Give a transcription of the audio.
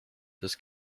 this